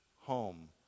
home